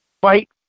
fight